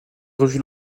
revues